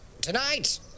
Tonight